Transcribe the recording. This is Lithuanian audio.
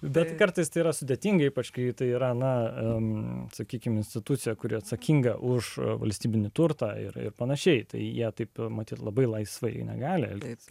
bet kartais tai yra sudėtinga ypač kai tai yra na sakykime institucija kuri atsakinga už valstybinį turtą ir pan tai ją taip matyt labai laisvai negali likti